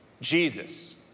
Jesus